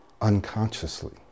unconsciously